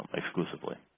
exclusively.